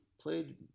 played